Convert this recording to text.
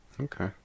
Okay